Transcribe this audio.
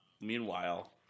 Meanwhile